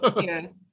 Yes